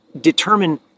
determine